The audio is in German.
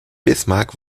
bismarck